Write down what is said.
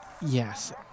Yes